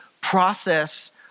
process